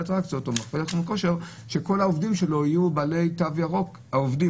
אטרקציות או מעובדי מכון כושר שכל העובדים יהיו בעלי תו ירוק.